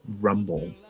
rumble